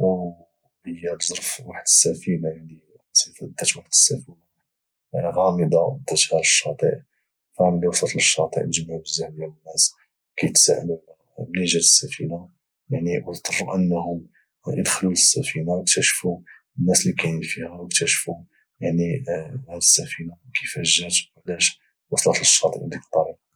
او هي تجرف واحد السفينة العاصفة دات واحد السفينة غامضة داتها للشاطئ فملي وصلت للشاطئ دجمعو بزاف ديال الناس كيتسألو على منين جات السفيتة يعني او ضطرو انهم ادخلو للسفينة ويكتاشفو الناس اللي كاينين فيها ويكتاشفو هاد السفينة كفاش جات وكفاش وصلات للشاطئ بديك الطريقة